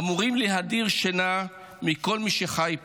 אמורים להדיר שינה מכל מי שחי פה.